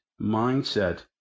mindset